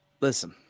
Listen